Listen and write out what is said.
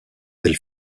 elle